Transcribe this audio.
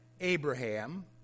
Abraham